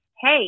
Hey